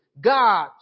God